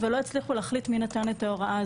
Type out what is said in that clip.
אבל לא הצליחו להחליט מי נתן את ההוראה,